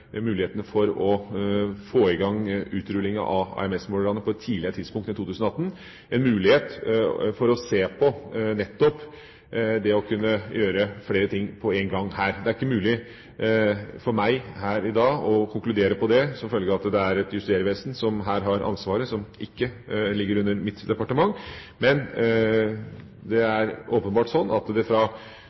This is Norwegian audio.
for å få i gang utrulling av AMS-målerne på et tidligere tidspunkt enn 2018, en mulighet for å se på nettopp det å kunne gjøre flere ting på én gang. Det er ikke mulig for meg her i dag å konkludere på det, som følge av at det er Justervesenet som her har ansvaret, og det ligger ikke under mitt departement. Men det er åpenbart slik at det fra